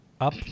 up